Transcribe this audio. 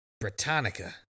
Britannica